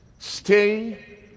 stay